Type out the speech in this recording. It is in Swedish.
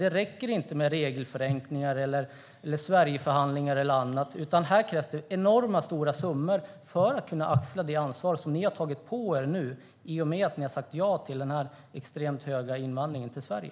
Det räcker inte med regelförenklingar, Sverigeförhandlingar eller annat, utan det krävs enorma summor för att kunna axla det ansvar som ni har tagit på er, Mehmet Kaplan, i och med att ni har sagt ja till den extremt stora invandringen till Sverige.